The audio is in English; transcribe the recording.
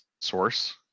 source